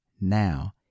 Now